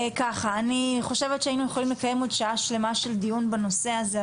אני חושבת שהיינו יכולים לקיים עוד שעה שלמה של דיון בנושא הזה,